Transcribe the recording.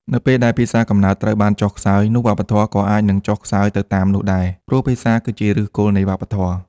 នៅពេលដែលភាសាកំណើតត្រូវបានចុះខ្សោយ នោះវប្បធម៌ក៏អាចនឹងចុះខ្សោយទៅតាមនោះដែរ ព្រោះភាសាគឺជាឫសគល់នៃវប្បធម៌។